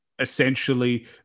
essentially